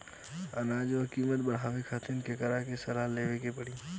अनाज क कीमत बढ़ावे खातिर केकरा से सलाह लेवे के पड़ी?